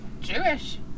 Jewish